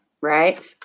Right